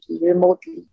remotely